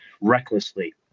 recklessly